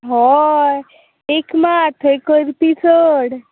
हय एक मात थंय गर्दी चड